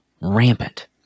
rampant